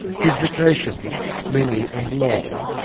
his vacations, many and long,